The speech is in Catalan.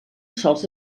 sols